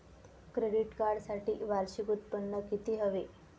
Credit कार्डसाठी वार्षिक उत्त्पन्न किती हवे?